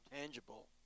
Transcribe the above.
tangible